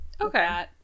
Okay